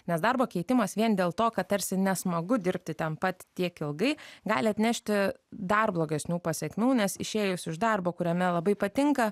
nes darbo keitimas vien dėl to kad tarsi nesmagu dirbti ten pat tiek ilgai gali atnešti dar blogesnių pasekmių nes išėjus iš darbo kuriame labai patinka